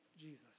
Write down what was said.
Jesus